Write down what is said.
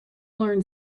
learn